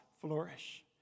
flourish